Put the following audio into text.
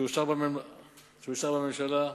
שאושר בממשלה,